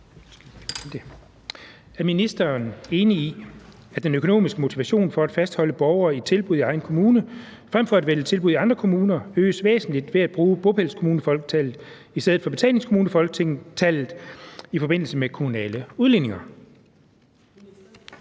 Er ministeren enig i, at den økonomiske motivation for at fastholde borgere i tilbud i egen kommune frem for at vælge tilbud i andre kommuner øges væsentligt ved at bruge bopælskommunefolketallet i stedet for betalingskommunefolketallet i forbindelse med de kommunale udligninger?